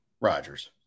Rogers